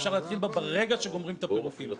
אפשר להתחיל בה ברגע שגומרים את הפירוקים.